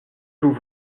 vous